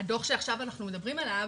הדו"ח שעכשיו אנחנו מדברים עליו